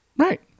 right